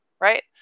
right